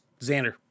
Xander